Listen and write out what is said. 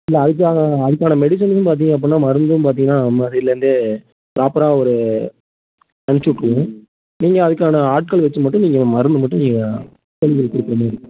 இல்லை அதுக்காக அதுக்கான மெடிசனும் பார்த்திங்க அப்புடின்னா மருந்தும் பார்த்திங்கன்னா முன்னாடிலேந்தே ப்ராப்பராக ஒரு அனுப்பிச்சுட்ருவோம் நீங்கள் அதுக்கான ஆட்கள் வச்சு மட்டும் நீங்கள் மருந்து மட்டும் நீங்கள் கோழிகளுக்கு கொடுக்கற மாரிருக்கும்